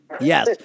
Yes